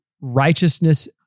righteousness